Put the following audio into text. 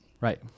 Right